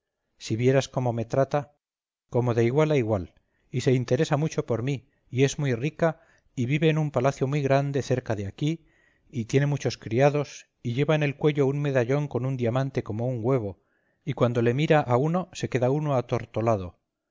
si vieras cómo me trata como de igual a igual y se interesa mucho por mí y es muy rica y vive en un palacio muy grande cerca de aquí y tiene muchos criados y lleva en el cuello un medallón con un diamante como un huevo y cuando le mira a uno se queda uno atortolado y